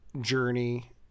journey